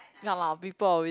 ya loh people always